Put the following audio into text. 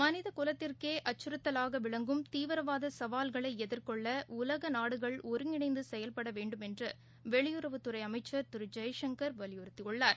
மனிதகுலத்திற்கேஅச்சுறுத்தலாகவிளங்கும் தீவிரவாதசவால்களைஎதிர்கொள்ளஉலகநாடுகள் ஒருங்கிணைந்துசெயல்படவேண்டும் என்றுவெளியுறவுத்துறைஅமைச்சர் திருஜெய்சங்கர் வலியுறுத்தியுள்ளார்